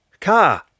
car